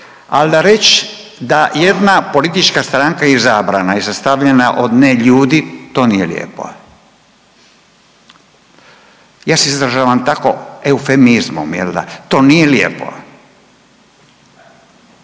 al da reć da jedna politička stranka je izabrana i sastavljena od neljudi to nije lijepo. Ja se izražavam tako eufemizmom jel da, to nije lijepo.